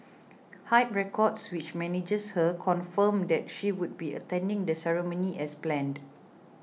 Hype Records which manages her confirmed that she would be attending the ceremony as planned